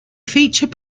feature